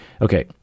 Okay